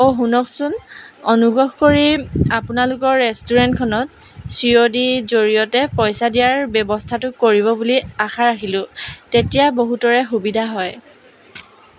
অঁ শুনকচোন অনুগ্ৰহ কৰি আপোনালোকৰ ৰেষ্টুৰেণ্টখনত চিঅদিৰ জৰিয়তে পইচা দিয়াৰ ব্যৱস্থাটো কৰিব বুলি আশা ৰাখিলোঁ তেতিয়া বহুতৰে সুবিধা হয়